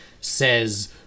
says